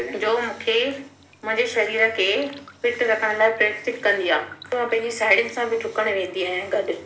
जो मूंखे मुंहिंजे शरीर के फिट रखण लाइ प्रेरित कंदी आहे पोइ मां पंहिंजी साहेड़ियुनि सां बि ॾुकणु वेंदी आहियां गॾु